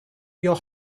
your